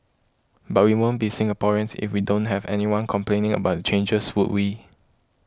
but we won't be Singaporeans if we don't have anyone complaining about the changes would we